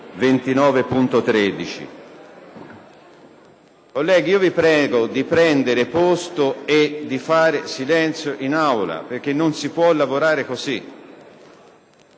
Colleghi, vi prego di prendere posto e di fare silenzio, perche´ non si puolavorare cosı.